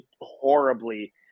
horribly